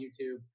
YouTube